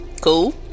cool